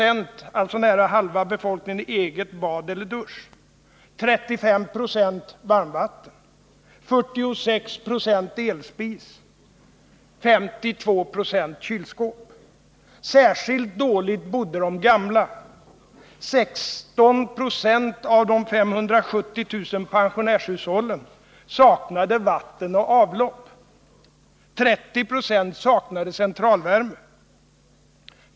16 96 av de 570 000 pensionärshushållen saknade vatten och avlopp. 30 20 saknade centralvärme.